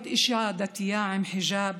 להיות אישה דתייה עם חיג'אב